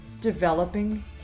developing